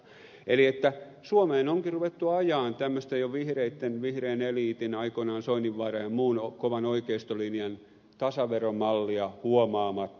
eli suomeen onkin jo ruvettu ajamaan tämmöistä vihreitten vihreän eliitin aikoinaan soininvaaran ja muun kovan oikeistolinjan tasaveromallia huomaamatta